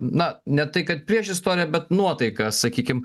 na ne tai kad priešistorę bet nuotaiką sakykim